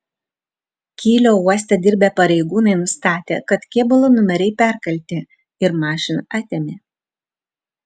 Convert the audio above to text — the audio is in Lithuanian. kylio uoste dirbę pareigūnai nustatė kad kėbulo numeriai perkalti ir mašiną atėmė